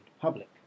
public